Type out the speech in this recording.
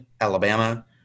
Alabama